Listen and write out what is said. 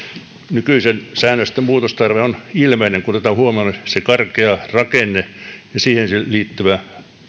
nykyisten säännösten muutostarve on ilmeinen kun otetaan huomioon se karkea rakenne ja siihen liittyvä